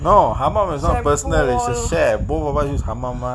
no how about my personal its a set both of us use kamal mah